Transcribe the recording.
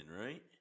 right